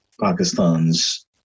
Pakistan's